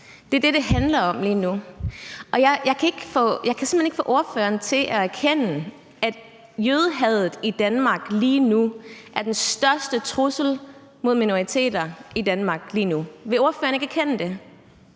det handler om lige nu, og jeg kan simpelt hen ikke få ordføreren til at erkende, at jødehadet i Danmark lige nu er den største trussel mod minoriteter i Danmark. Vil ordføreren ikke erkende det?